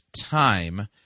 time